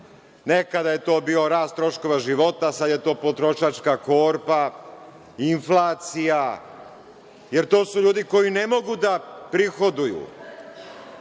Nekada je to bio rast troškova života, a sada je to potrošačka korpa, inflacija, jer to su ljudi koji ne mogu da prihoduju. Samo